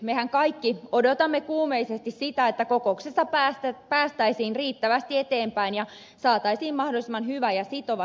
mehän kaikki odotamme kuumeisesti sitä että kokouksessa päästäisiin riittävästi eteenpäin ja saataisiin mahdollisimman hyvä ja sitova sopimus aikaan